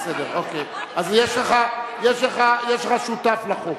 בסדר, אוקיי, אז יש לך שותף לחוק,